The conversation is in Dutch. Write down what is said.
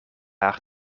haar